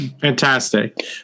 Fantastic